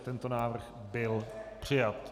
Tento návrh byl přijat.